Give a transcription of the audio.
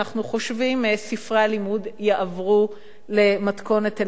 ספרי הלימוד יעברו למתכונת אלקטרונית,